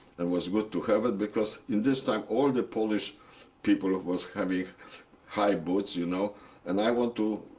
and was good to have because in this time all the polish people was having high boots. you know and i want to